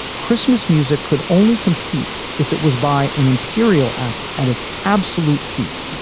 christmas music could only compete if it was by an imperial act at its absolute peak.